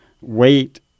weight